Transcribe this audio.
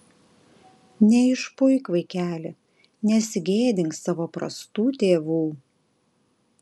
neišpuik vaikeli nesigėdink savo prastų tėvų